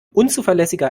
unzuverlässiger